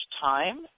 time